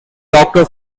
doctor